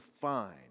find